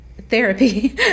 therapy